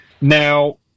Now